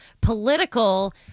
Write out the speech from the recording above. political